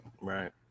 right